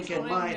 כן,